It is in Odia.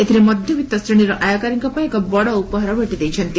ଏଥରେ ମଧବିତ୍ ଶ୍ରେଣୀର ଆୟକାରୀଙ୍ ପାଇଁ ଏକ ବଡ ଉପହାର ଭେଟି ଦେଇଛନ୍ତି